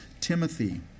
Timothy